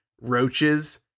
roaches